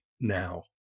now